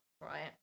right